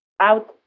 out